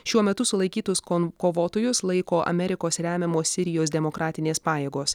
šiuo metu sulaikytus kon kovotojus laiko amerikos remiamos sirijos demokratinės pajėgos